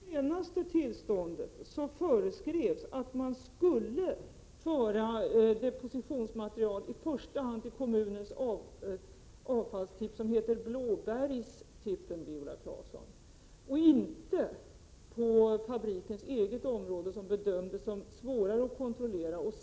Fru talman! För det första: I det senaste tillståndet föreskrevs att man skulle föra depositionsmaterial i första hand till kommunens avfallstipp — som heter Blåbergstippen, Viola Claesson — och inte till fabrikens eget område, som bedömdes som sämre och svårare att kontrollera.